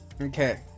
Okay